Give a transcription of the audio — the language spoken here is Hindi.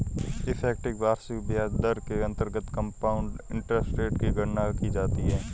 इफेक्टिव वार्षिक ब्याज दर के अंतर्गत कंपाउंड इंटरेस्ट रेट की गणना की जाती है